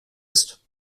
ist